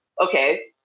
okay